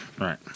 Right